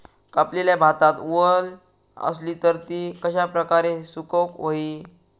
कापलेल्या भातात वल आसली तर ती कश्या प्रकारे सुकौक होई?